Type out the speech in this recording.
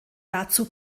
dazu